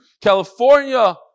California